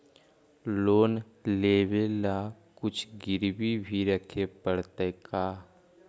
Loan लेबे ल कुछ गिरबी भी रखे पड़तै का?